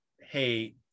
hey